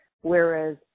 Whereas